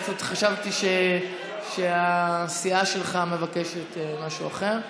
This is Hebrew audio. אני פשוט חשבתי שהסיעה שלך מבקשת משהו אחר.